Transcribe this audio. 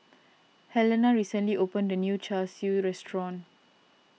Helena recently opened a new Char Siu restaurant